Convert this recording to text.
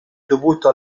dovuto